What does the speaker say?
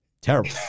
Terrible